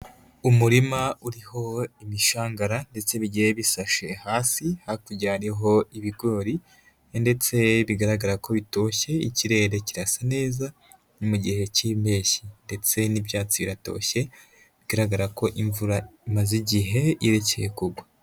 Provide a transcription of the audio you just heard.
Umurima uriho imishangara ndetse bigiye bisashe hasi, hakujya hariho ibigori ndetse bigaragara ko bitoshye, ikirere kirasa neza, ni mu gihe cy'impeshyi ndetse n'ibyatsi biratoshye, bigaragara ko imvura imaze igihe irekeye kugwa.